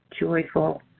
joyful